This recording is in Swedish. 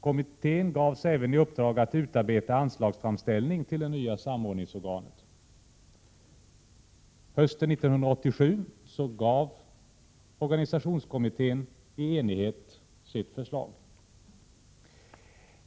Kommittén gavs även i uppdrag att utarbeta anslagsframställning för det nya samordningsorganet. Organisationskommittén avgav under hösten 1987 i enighet sina förslag.